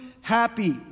Happy